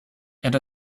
and